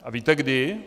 A víte kdy?